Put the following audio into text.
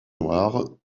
noires